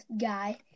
guy